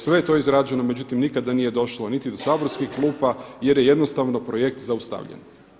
Sve je to izrađeno, međutim nikada nije došlo niti do saborskih klupa jer je jednostavno projekt zaustavljen.